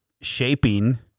shaping